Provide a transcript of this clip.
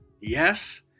Yes